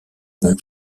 bon